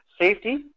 safety